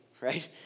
right